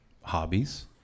hobbies